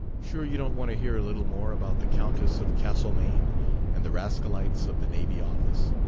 sure you don't want to hear a little more about the countess of castlemaine and the rascalities of the navy office?